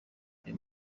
uyu